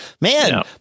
man